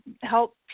help